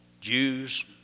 Jews